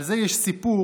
על זה יש סיפור.